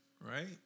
Right